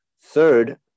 Third